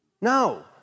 No